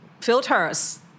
filters